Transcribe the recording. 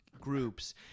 groups